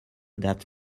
that